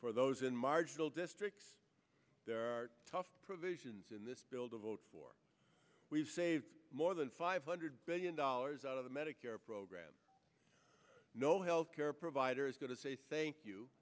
for those in marginal districts there are tough provisions in this build a vote for we've saved more than five hundred billion dollars out of the medicare program no healthcare provider is going to say thank you